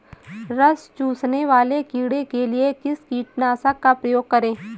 रस चूसने वाले कीड़े के लिए किस कीटनाशक का प्रयोग करें?